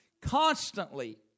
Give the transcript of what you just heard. Constantly